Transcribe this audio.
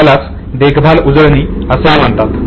यालाच देखभाल उजळणी असे म्हणतात